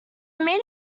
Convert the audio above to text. amino